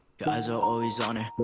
guys are always on it.